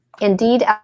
indeed